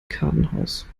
kartenhaus